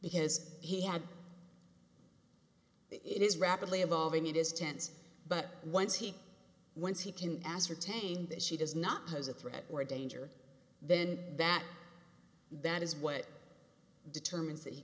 because he had it is rapidly evolving it is tense but once he once he can ascertain that she does not pose a threat or danger then that that is what determines that you